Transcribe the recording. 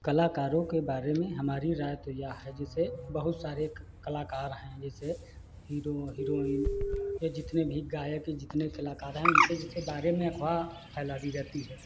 कलाकारों के बारे में हमारी राय तो यह है जैसे बहुत सारे कलाकार हैं जैसे हीरो हीरोइन या जितने भी गायक जितने कलाकार हैं उनके जैसे बारे में अफ़वाह फैला दी जाती है